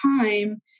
time